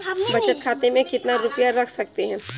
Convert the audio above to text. बचत खाते में कितना रुपया रख सकते हैं?